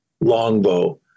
longbow